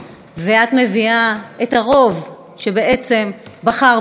ואת מביאה את הרוב שבעצם בחר בנו.